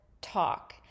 talk